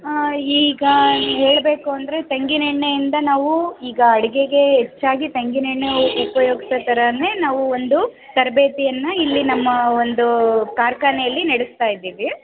ಈಗ ಹೇಳಬೇಕು ಅಂದರೆ ತೆಂಗಿನೆಣ್ಣೆಯಿಂದ ನಾವು ಈಗ ಅಡಿಗೆಗೆ ಹೆಚ್ಚಾಗಿ ತೆಂಗಿನೆಣ್ಣೆ ಉಪಯೋಗಿಸೋ ಥರಾನೇ ಈಗ ನಾವು ಒಂದು ತರಬೇತಿಯನ್ನು ಇಲ್ಲಿ ನಮ್ಮ ಒಂದು ಕಾರ್ಖಾನೆಯಲ್ಲಿ ನಡೆಸ್ತಾ ಇದ್ದೀವಿ